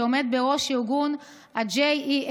שעומד בראש ארגון ה-JEM,